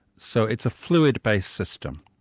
so it's a fluid-based system.